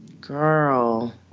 girl